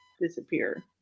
disappear